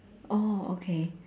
oh okay